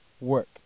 work